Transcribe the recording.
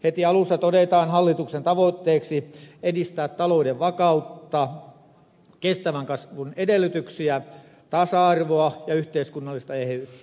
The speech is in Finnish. heti alussa todetaan hallituksen tavoitteeksi edistää talouden vakautta kestävän kasvun edellytyksiä tasa arvoa ja yhteiskunnallista eheyttä